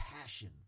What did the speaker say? passion